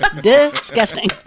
Disgusting